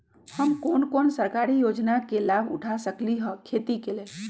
हम कोन कोन सरकारी योजना के लाभ उठा सकली ह खेती के लेल?